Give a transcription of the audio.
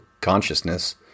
consciousness